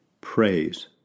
praise